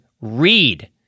READ